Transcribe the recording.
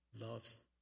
loves